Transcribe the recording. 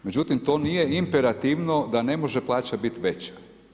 Međutim, to nije imperativno da ne može plaća biti veća.